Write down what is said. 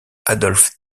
adolphe